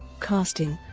casting